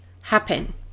happen